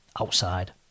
outside